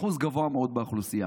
אחוז גבוה מאוד באוכלוסייה.